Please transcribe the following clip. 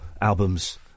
albums